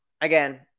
again